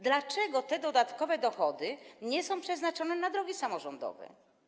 Dlaczego te dodatkowe dochody nie są przeznaczone na drogi samorządowe?